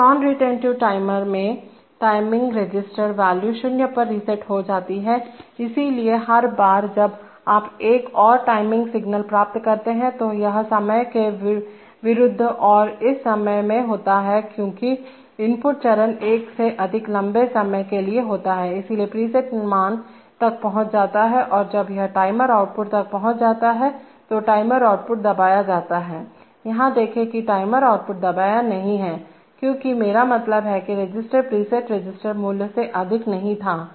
तो non retentive टाइमरमें timing register value शून्य पर रीसेट हो जाति है इसलिए हर बार जब आप एक और टाइमिंग सिग्नल प्राप्त करते हैं तो यह समय के विरुद्ध और इस समय में होता है क्योंकि इनपुट चरण एक से अधिक लंबे समय के लिए होता है इसलिए प्रीसेट मान तक पहुँच जाता है और जब यह टाइमर आउटपुट तक पहुंच जाता है तो टाइमर आउटपुट दबाया जाता है यहां देखें कि टाइमर आउटपुट दबाया नहीं है क्योंकि मेरा मतलब है कि रजिस्टर प्रीसेट रजिस्टर मूल्य से अधिक नहीं था